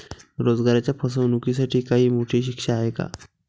रोजगाराच्या फसवणुकीसाठी काही मोठी शिक्षा आहे का?